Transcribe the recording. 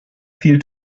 viel